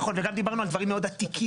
נכון, וגם דיברנו על דברים מאוד עתיקים.